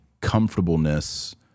comfortableness